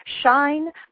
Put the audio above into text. shine